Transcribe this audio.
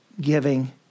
giving